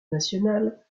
nationales